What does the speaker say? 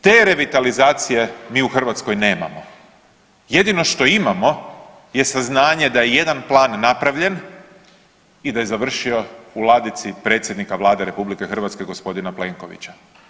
Te revitalizacije mi u Hrvatskoj nemamo, jedino što imamo je saznanje da je jedan plan napravljen i da je završio u ladici predsjednika Vlade RH g. Plenkovića.